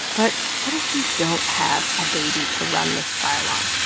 but what if you don't have a baby to run this trial on?